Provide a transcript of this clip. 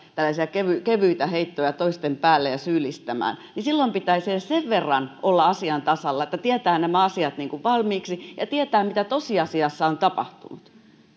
kevyitä kevyitä heittoja toisten päälle ja syyllistämään niin silloin pitäisi edes sen verran olla asian tasalla että tietää nämä asiat niin kuin valmiiksi ja tietää mitä tosiasiassa on tapahtunut